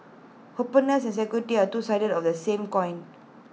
openness and security are two sides of the same coin